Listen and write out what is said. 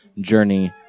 journey